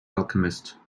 alchemist